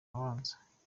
abanza